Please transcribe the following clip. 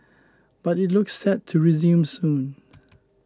but it looks set to resume soon